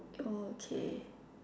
okay